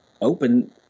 open